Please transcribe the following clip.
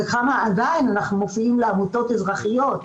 וכמה עדיין אנחנו מופיעים לעמותות אזרחיות,